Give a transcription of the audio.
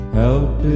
help